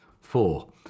Four